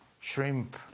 shrimp